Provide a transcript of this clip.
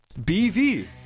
BV